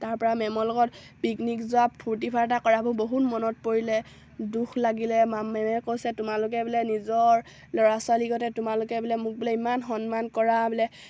তাৰপৰা মেমৰ লগত পিকনিক যোৱা ফূৰ্তি ফাৰ্তা কৰাবোৰ বহুত মনত পৰিলে দুখ লাগিলে মা মেমে কৈছে তোমালোকে বোলে নিজৰ ল'ৰা ছোৱালীগতে তোমালোকে বোলে মোক বোলে ইমান সন্মান কৰা বোলে